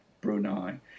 Brunei